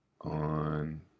on